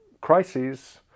crises